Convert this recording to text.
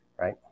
right